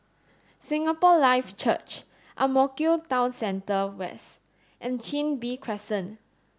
Singapore Life Church Ang Mo Kio Town Center West and Chin Bee Crescent